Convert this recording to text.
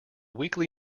weekly